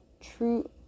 True